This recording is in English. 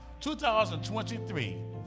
2023